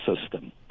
system